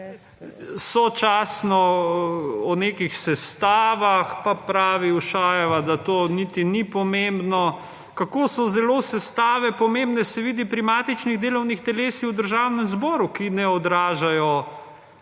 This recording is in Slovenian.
Sočasno o nekih sestavah, pa pravi Ušajeva, da to niti ni pomembno. Kako zelo so sestave pomembne, se vidi pri matičnih delovnih telesih v Državnem zboru, ki ne odražajo